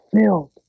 filled